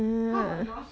how about yours